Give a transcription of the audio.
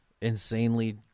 Insanely